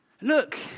Look